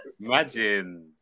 imagine